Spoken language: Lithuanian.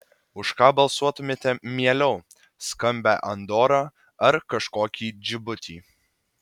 už ką balsuotumėte mieliau skambią andorą ar kažkokį džibutį